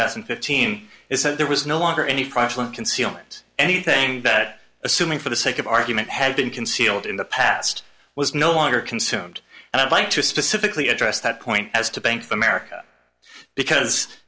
thousand and fifteen is that there was no longer any concealment anything that assuming for the sake of argument had been concealed in the past was no longer consumed and i'd like to specifically address that point as to bank of america because